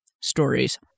stories